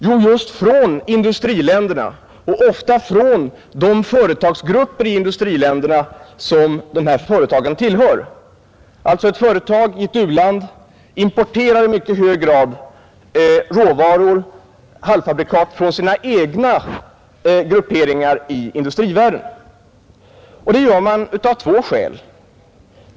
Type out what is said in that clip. Jo, just från industriländerna och ofta från de företagsgrupper i industriländerna som dessa företag tillhör. Ett företag i ett u-land importerar alltså i mycket hög grad råvaror och halvfabrikat från sina egna grupperingar i industrivärlden. Det gör man av två skäl.